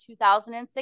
2006